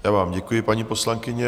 Já vám děkuji, paní poslankyně.